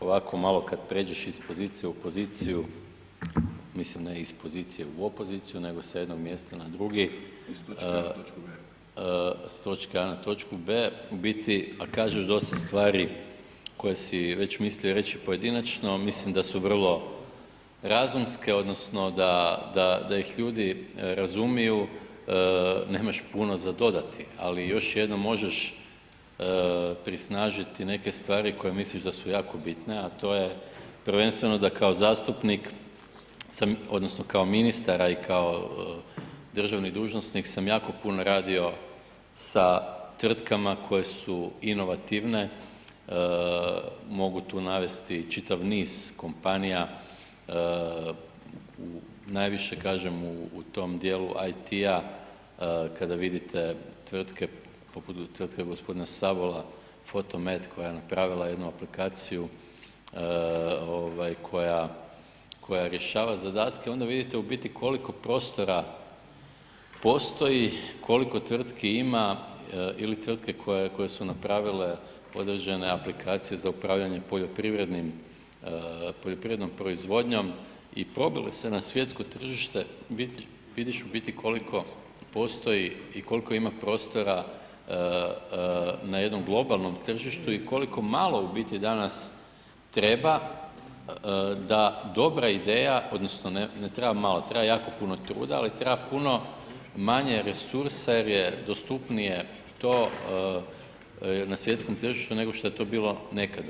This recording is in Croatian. Ovako malo kad pređeš iz pozicije u poziciju, mislim na iz pozicije u opoziciju, nego sa jednog mjesta na drugi, s točke a na točku b, u biti, a kažeš dosta stvari koje si već mislio reći pojedinačno, mislim da su vrlo razumske odnosno da, da ih ljudi razumiju, nemaš puno za dodati, ali još jednom možeš prisnažiti neke stvari koje misliš da su jako bitne, a to je prvenstveno da kao zastupnik odnosno kao ministar, a i kao državni dužnosnik sam jako puno radio sa tvrtkama koje su inovativne, mogu tu navesti čitav niz kompanija, najviše kažem u tom dijelu IT-ja kada vidite tvrtke poput tvrtke g. Sabola Fotomed koja je napravila jednu aplikaciju koja, koja rješava zadatke onda vidite u biti koliko prostora postoji, koliko tvrtki ima ili tvrtke koje su napravile određene aplikacije za upravljanje poljoprivrednom proizvodnjom i probile se na svjetsko tržište, vidiš u biti koliko postoji i koliko ima prostora na jednom globalnom tržištu i koliko malo u biti danas treba da dobra ideja odnosno ne treba malo, treba jako puno truda, ali treba puno manje resursa jer je dostupnije to na svjetskom tržištu nego šta je to bilo nekada.